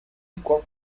equal